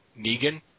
Negan